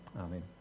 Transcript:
Amen